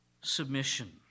submission